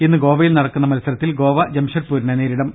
ഇന്ന് ഗോവയിൽ നടക്കുന്ന മത്സരത്തിൽ ഗോവ ജംഷഡ്പൂരിനെ നേരിടും